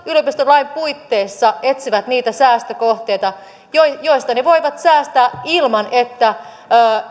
yliopistolain puitteissa etsivät niitä säästökohteita joista ne voivat säästää ilman että